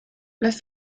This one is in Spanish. las